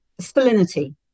salinity